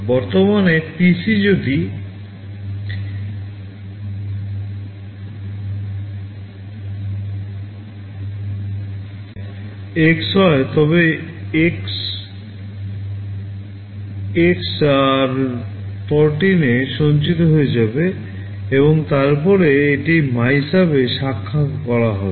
বর্তমান PC যদি X হয় তবে X X r14 এ সঞ্চিত হয়ে যাবে এবং তারপরে এটি MYSUB এ শাখা করা হবে